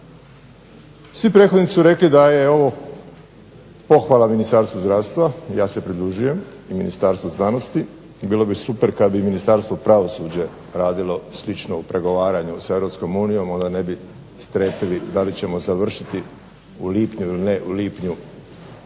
Svi prethodnici su rekli da je ovo pohvala Ministarstvu zdravstva, ja se pridružujem Ministarstvu znanosti, i bilo bi super kad bi Ministarstvo pravosuđa radilo slično u pregovaranju sa Europskom unijom, onda ne bi strepili da li ćemo završiti u lipnju ili ne u lipnju